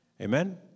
Amen